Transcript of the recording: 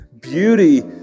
beauty